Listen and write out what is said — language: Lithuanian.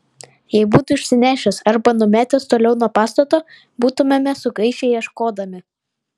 jei būtų išsinešęs arba numetęs toliau nuo pastato būtumėme sugaišę ieškodami